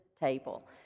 table